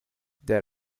there